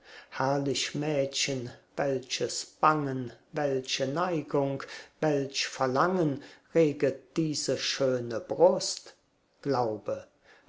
herrlich mädchen welches bangen welche neigung welch verlangen reget diese schöne brust glaube